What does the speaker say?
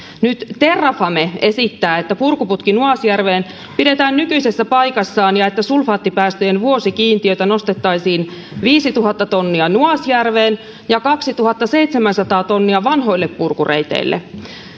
nyt terrafame esittää että purkuputki nuasjärveen pidetään nykyisessä paikassaan ja että sulfaattipäästöjen vuosikiintiötä nostettaisiin viisituhatta tonnia nuasjärveen ja kaksituhattaseitsemänsataa tonnia vanhoille purkureiteille